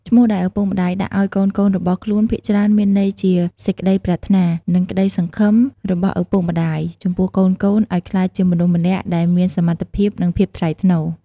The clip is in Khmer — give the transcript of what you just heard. ឈ្មោះដែលឪពុកម្តាយដាក់ឲ្យកូនៗរបស់ខ្លួន ភាគច្រើនមានន័យជាសេចក្តីប្រាថ្នា និង ក្តីសង្ឃឹមរបស់ឪពុកម្តាយ ចំពោះកូនៗឲ្យក្លាយជាមនុស្សម្នាក់ដែលមានសមត្ថភាព និងភាពថ្លៃថ្នូរ។